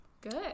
good